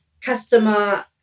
customer